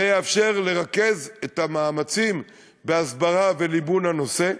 זה יאפשר לרכז את המאמצים בהסברה ובליבון הנושא,